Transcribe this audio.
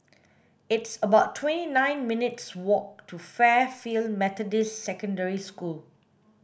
it's about twenty nine minutes' walk to Fairfield Methodist Secondary School